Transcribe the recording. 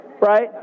Right